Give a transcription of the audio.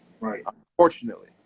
unfortunately